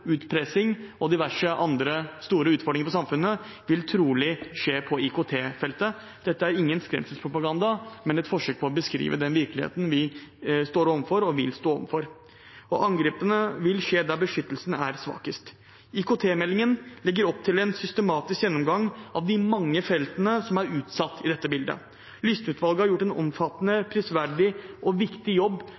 utpressing og diverse andre store utfordringer for samfunnet vil trolig skje på IKT-feltet. Dette er ingen skremselspropaganda, men et forsøk på å beskrive den virkeligheten vi står og vil stå overfor. Og angrepene vil skje der beskyttelsen er svakest. IKT-meldingen legger opp til en systematisk gjennomgang av de mange feltene som er utsatt i dette bildet. Lysne-utvalget har gjort en omfattende, prisverdig og viktig jobb